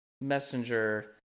Messenger